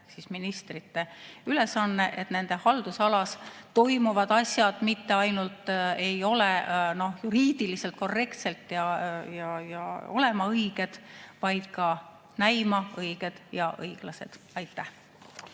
ministrite ülesanne, et nende haldusalas toimuvad asjad mitte ainult ei oleks juriidiliselt korrektselt õiged, vaid ka näiksid õiged ja õiglased. Aitäh!